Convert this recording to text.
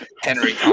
Henry